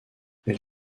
elle